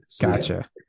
Gotcha